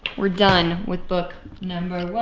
we're done with book number